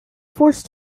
forced